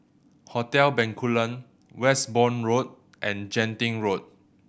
Hotel Bencoolen Westbourne Road and Genting Road